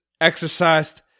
exercised